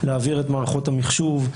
להעביר את מערכות המחשוב,